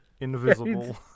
invisible